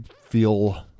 feel